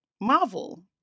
Marvel